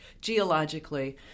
geologically